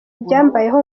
ibyambayeho